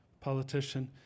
politician